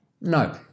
No